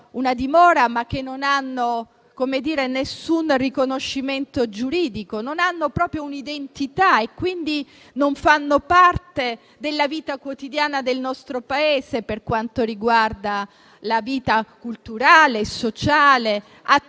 una dimora, non hanno alcun riconoscimento giuridico, non hanno proprio un'identità e quindi non fanno parte della vita quotidiana del nostro Paese, della vita culturale e sociale attiva